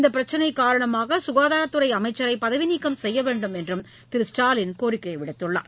இந்தப்பிரச்சினை காரணமாக சுகாதாரத் துறை அமைச்சரை பதவிநீக்கம் செய்ய வேண்டும் என்றும் திரு ஸ்டாலின் கோரிக்கை விடுத்துள்ளார்